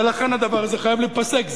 ולכן הדבר הזה חייב להיפסק.